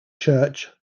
church